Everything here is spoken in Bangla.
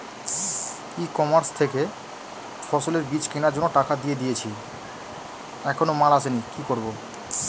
ই কমার্স থেকে ফসলের বীজ কেনার জন্য টাকা দিয়ে দিয়েছি এখনো মাল আসেনি কি করব?